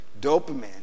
Dopamine